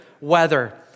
weather